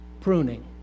Pruning